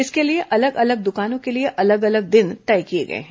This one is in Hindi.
इसके लिए अलग अलग दुकानों के लिए अलग अलग दिन तय किए गए हैं